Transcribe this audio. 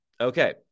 Okay